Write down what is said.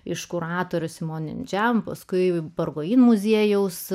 iš kuratorių paskui muziejaus